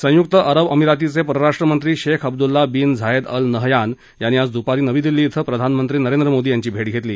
संयुक्त अरब अमिरातीचे परराष्ट्र मंत्री Sheikh Abdullah bin Zayed Al Nahyan यांनी आज दुपारी नवी दिल्ली श्वे प्रधानमंत्री नरेंद्र मोदी यांची भेट घेतली